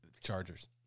Chargers